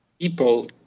people